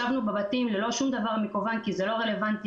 ישבנו בבתים ללא שום דבר מקוון כי זה לא רלוונטי,